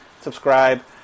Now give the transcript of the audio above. subscribe